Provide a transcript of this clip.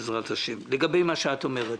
לגבי מה שאת אומרת,